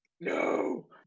no